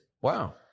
Wow